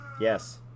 Yes